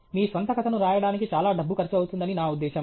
మీ స్వంత కథను రాయడానికి చాలా డబ్బు ఖర్చు అవుతుందని నా ఉద్దేశ్యం